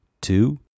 two